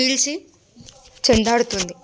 చీల్చి చెండాడుతుంది